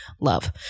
love